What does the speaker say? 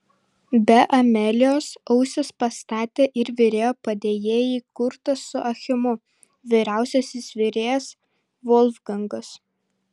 be amelijos ausis pastatė ir virėjo padėjėjai kurtas su achimu vyriausiasis virėjas volfgangas